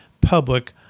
public